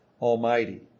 Almighty